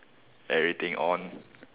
everything on